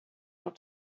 not